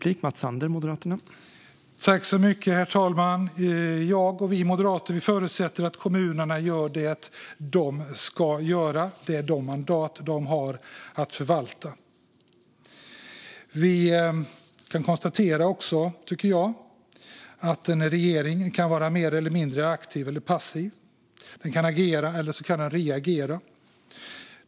Herr talman! Vi moderater förutsätter att kommunerna gör det de ska göra med de mandat som de har att förvalta. Vi kan konstatera att en regering kan vara mer eller mindre aktiv eller passiv. Den kan agera eller reagera.